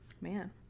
man